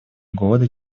годы